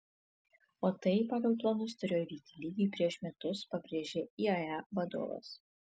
o tai pagal planus turėjo įvykti lygiai prieš metus pabrėžė iae vadovas